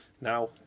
now